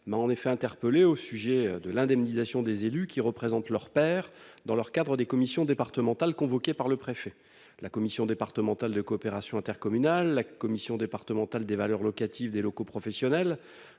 m'a en effet interpellé au sujet de l'indemnisation des élus qui représentent leur père dans leur cadre des commissions départementales, convoquée par le préfet, la commission départementale de coopération intercommunale, la commission départementale des valeurs locatives des locaux professionnels,